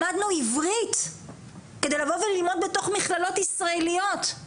למדנו עברית כדי לבוא וללמוד בתוך מכללות ישראליות,